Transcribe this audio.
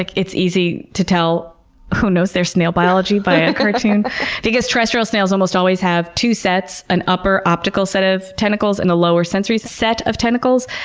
like it's easy to tell who knows their snail biology by the cartoon because terrestrial snails almost always have two sets, an upper, optical set of tentacles and the lower, sensory set of tentacles,